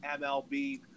MLB